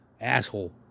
asshole